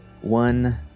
one